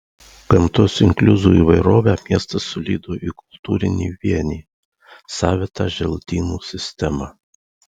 gamtos inkliuzų įvairovę miestas sulydo į kultūrinį vienį savitą želdynų sistemą